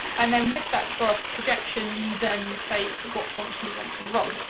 and then with that graph projection, you then say what function you want to run?